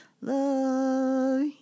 Love